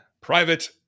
Private